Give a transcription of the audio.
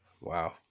Wow